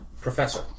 Professor